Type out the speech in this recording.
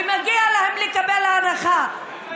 ומגיע להם לקבל הנחה.